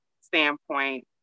standpoint